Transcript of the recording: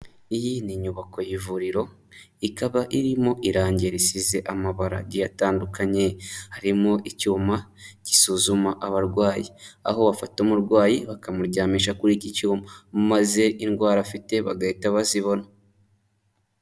Iyi ni inyubako y'ivuriro ikaba iri mu irange risize amabara agiye atandukanye, harimo icyuma gisuzuma abarwayi aho bafata umurwayi bakamuryamisha kuri iki cyuma, maze indwara afite bagahita bazibona.